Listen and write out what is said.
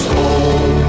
Home